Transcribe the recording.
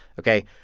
ok?